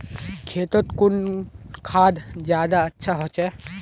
खेतोत कुन खाद ज्यादा अच्छा होचे?